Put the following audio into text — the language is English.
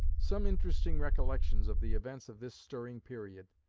some interesting recollections of the events of this stirring period,